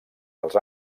dels